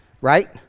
right